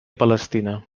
palestina